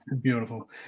Beautiful